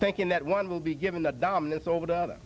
thinking that one will be given the dominance over the other